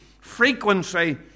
frequency